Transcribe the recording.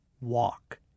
walk